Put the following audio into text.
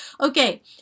Okay